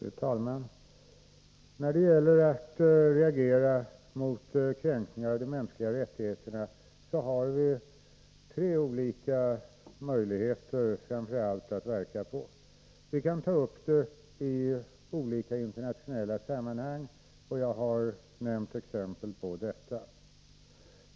Fru talman! När det gäller att reagera mot kränkningar av de mänskliga rättigheterna har vi främst tre olika möjligheter att välja på. Vi kan ta upp frågan i olika internationella sammanhang. Jag har nämnt exempel på det.